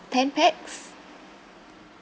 ten pax